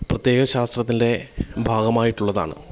പ്രത്യേക ശാസ്ത്രത്തിൻ്റെ ഭാഗമായിട്ടുള്ളതാണ്